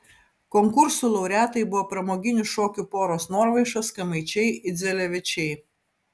konkursų laureatai buvo pramoginių šokių poros norvaišos kamaičiai idzelevičiai